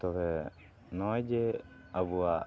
ᱛᱚᱵᱮ ᱱᱚᱜᱼᱚᱭ ᱡᱮ ᱟᱵᱚᱣᱟᱜ